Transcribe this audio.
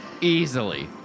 easily